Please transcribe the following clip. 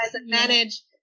manage